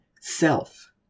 self